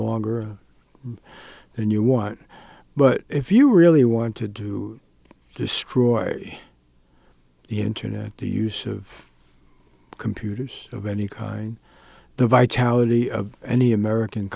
longer and you want but if you really want to do destroy the internet the use of computers of any kind the vitality of any american